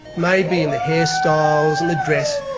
maybe in the hairstyles and the dress,